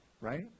right